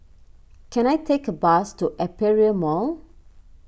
can I take a bus to Aperia Mall